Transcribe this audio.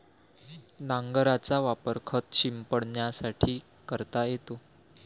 नांगराचा वापर खत शिंपडण्यासाठी करता येतो